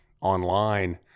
online